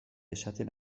esaten